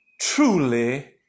truly